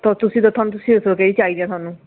ਤਾਂ ਤੁਸੀਂ ਦੱਸੋ ਤਾਂ ਤੁਹਾਨੂੰ ਤੁਸੀਂ ਦੱਸੋ ਕਿਹੜੀ ਚਾਹੀਦੀ ਹੈ ਤੁਹਾਨੂੰ